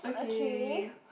okay